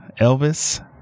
Elvis